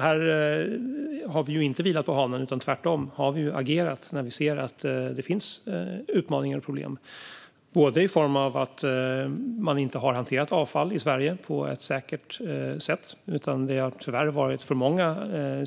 Här har vi inte vilat på hanen; tvärtom har vi agerat när vi sett att det finns utmaningar och problem, till exempel i form av att man inte har hanterat avfall i Sverige på ett säkert sätt. Det har tyvärr varit för många